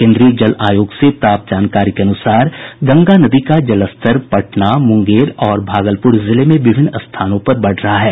केन्द्रीय जल आयोग से प्राप्त जानकारी के अनुसार गंगा नदी का जलस्तर पटना मुंगेर और भागलपुर जिले में विभिन्न स्थानों पर बढ़ रहा है